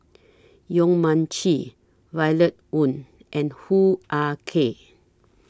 Yong Mun Chee Violet Oon and Hoo Ah Kay